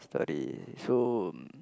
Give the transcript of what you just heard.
storey so